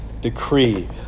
decree